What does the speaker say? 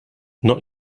not